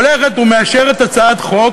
הולכת ומאשרת הצעת חוק,